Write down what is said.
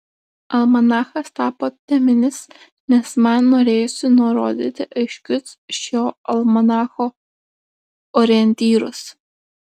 almanachas tapo teminis nes man norėjosi nurodyti aiškius šio almanacho orientyrus